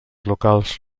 locals